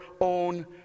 own